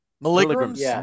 Milligrams